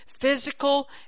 physical